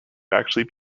actually